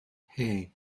hey